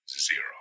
zero